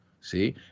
See